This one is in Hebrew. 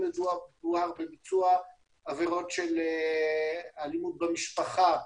אם חשוד בביצוע של אלימות במשפחה,